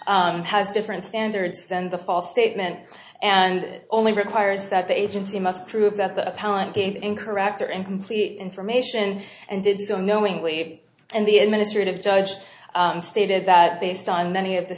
judge has different standards than the false statement and only requires that the agency must prove that the parent gained incorrect or incomplete information and did so knowingly and the administrative judge stated that based on many of the